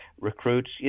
recruits